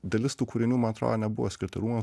dalis tų kūrinių man atrodo nebuvo skirti rūmams